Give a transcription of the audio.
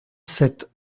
sept